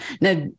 Now